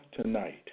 tonight